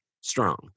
strong